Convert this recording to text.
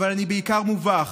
אבל אני בעיקר מובך.